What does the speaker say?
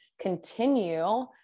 continue